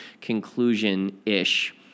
conclusion-ish